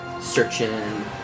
searching